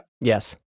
Yes